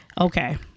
okay